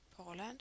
Poland